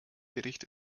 bericht